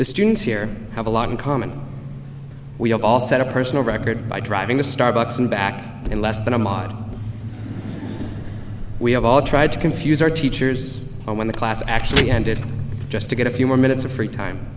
the students here have a lot in common we all set a personal record by driving to starbucks and back in less than a model we have all tried to confuse our teachers when the class actually ended just to get a few more minutes of free time